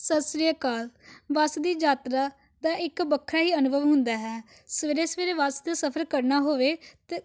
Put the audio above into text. ਸਤਿ ਸ਼੍ਰੀ ਅਕਾਲ ਬਸ ਦੀ ਯਾਤਰਾ ਦਾ ਇੱਕ ਵੱਖਰਾ ਹੀ ਅਨੁਭਵ ਹੁੰਦਾ ਹੈ ਸਵੇਰੇ ਸਵੇਰੇ ਬਸ ਦੇ ਸਫ਼ਰ ਕਰਨਾ ਹੋਵੇ ਤਾਂ